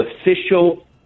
official